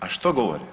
A što govore?